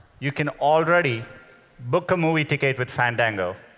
you can already book a movie ticket with fandango,